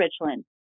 Richland